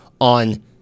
on